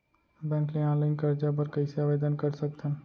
Bank ले online करजा बर कइसे आवेदन कर सकथन?